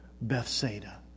Bethsaida